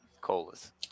colas